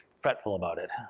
fretful about it.